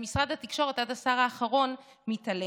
משרד התקשורת עד השר האחרון מתעלם,